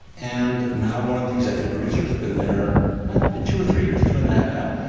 and now i'm one of the executive producers. i've been there about two or three years doing that now,